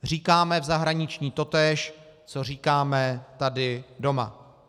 Říkáme v zahraničí totéž, co říkáme tady doma.